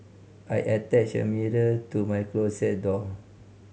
I attached a mirror to my closet door